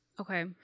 okay